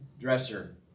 dresser